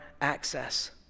access